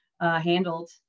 handled